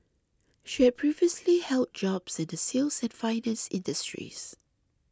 she had previously held jobs in the sales and finance industries